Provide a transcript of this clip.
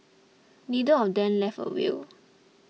neither of them left a will